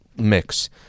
Mix